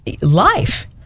life